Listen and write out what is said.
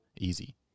easy